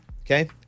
okay